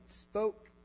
spoke